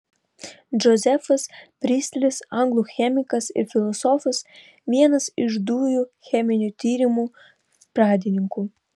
džozefas pristlis anglų chemikas ir filosofas vienas iš dujų cheminių tyrimų pradininkų